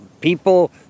people